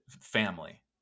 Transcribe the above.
family